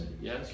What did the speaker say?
yes